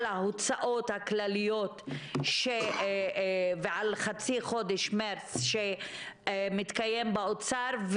ההוצאות הכלליות ועל חצי חודש מרס שמתקיים באוצר,